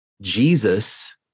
Jesus